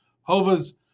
Hova's